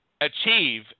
achieve